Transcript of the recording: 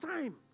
time